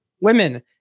women